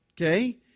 okay